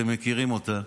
אתם מכירים אותה,